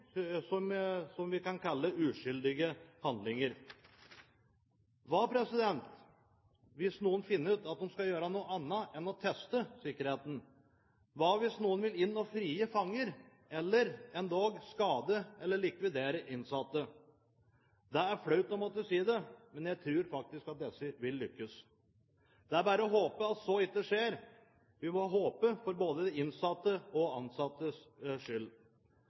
som vi kan kalle uskyldige handlinger. Hva hvis noen finner ut at de skal gjøre noe annet enn å teste sikkerheten? Hva hvis noen ville inn og frigi fanger, eller endog skade eller likvidere innsatte? Det er flaut å måtte si det, men jeg tror faktisk at disse vil lykkes. Det er bare å håpe at så ikke skjer. Det må vi håpe for både de innsattes og de ansattes skyld.